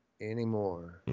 anymore